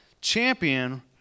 champion